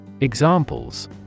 Examples